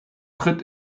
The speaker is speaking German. tritt